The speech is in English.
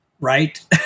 Right